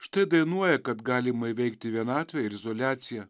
štai dainuoja kad galima įveikti vienatvę ir izoliaciją